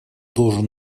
должен